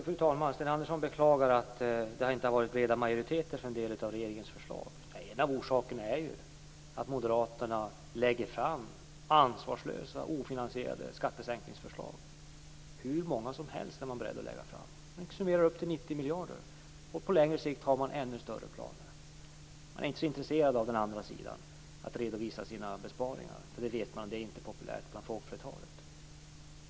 Fru talman! Sten Andersson beklagar att det inte har funnits breda majoriteter för en del av regeringens förslag. En av orsakerna är ju att moderaterna lägger fram ansvarslösa, ofinansierade skattesänkningsförslag. De är beredda att lägga fram hur många som helst, motsvarande så mycket som 90 miljarder, och på längre sikt har de ännu större planer. De är inte så intresserade av den andra sidan, att redovisa sina besparingar, för de vet att det inte populärt bland folkflertalet.